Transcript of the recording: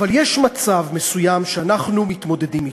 אבל יש מצב מסוים שאנחנו מתמודדים אתו,